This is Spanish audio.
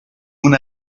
una